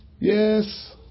yes